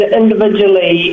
individually